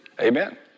Amen